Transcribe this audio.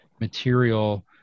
material